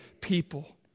people